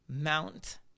Mount